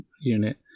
unit